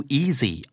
easy